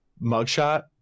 mugshot